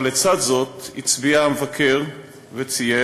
אבל לצד זאת הצביע המבקר וציין